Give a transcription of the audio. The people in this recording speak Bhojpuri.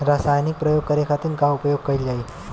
रसायनिक प्रयोग करे खातिर का उपयोग कईल जाइ?